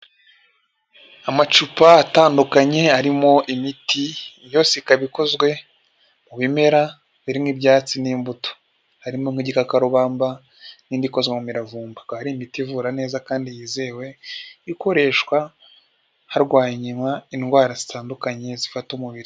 Amacupa atandukanye arimo imiti yose ikaba ikozwe mu bimera birimo ibyatsi n'imbuto, harimo nk'igikakarubamba n'indi ikozwe mu miravumba. Ikaba ari imiti ivura neza kandi yizewe, ikoreshwa harwanywa indwara zitandukanye zifata umubiri.